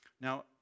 Now